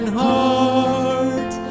heart